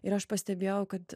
ir aš pastebėjau kad